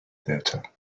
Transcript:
theatre